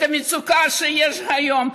את המצוקה שיש היום,